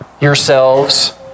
yourselves